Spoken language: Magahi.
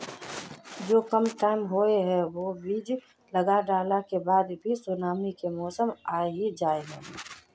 जो कम टाइम होये है वो बीज लगा डाला के बाद भी सुनामी के मौसम आ ही जाय है?